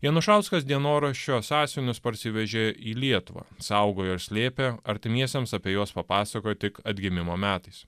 janušauskas dienoraščio sąsiuvinius parsivežė į lietuvą saugojo ir slėpė artimiesiems apie juos papasakojo tik atgimimo metais